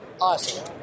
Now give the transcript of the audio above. Awesome